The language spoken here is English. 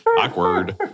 awkward